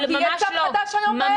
כי יש צו חדש היום בערב,